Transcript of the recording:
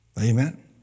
Amen